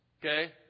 Okay